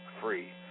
free